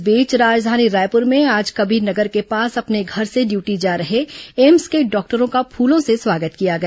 इस बीच राजधानी रायपुर में आज कबीर नगर के पास अपने घर से ड्यूटी जा रहे एम्स के डॉक्टरों का फूलों से स्वागत किया गया